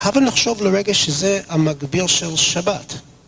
הבה נחשוב לרגע שזה המגביר של שבת.